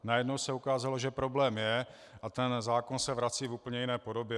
Najednou se ukázalo, že problém je, a zákon se vrací v úplně jiné podobě.